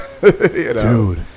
dude